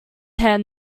hand